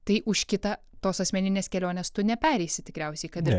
tai už kitą tos asmeninės kelionės tu nepereisi tikriausiai kad ir